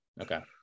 Okay